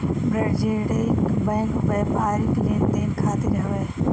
वाणिज्यिक बैंक व्यापारिक लेन देन खातिर हवे